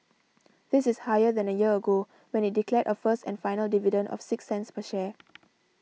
this is higher than a year ago when it declared a first and final dividend of six cents per share